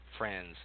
Friends